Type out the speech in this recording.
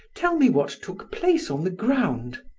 tell me what took place on the ground.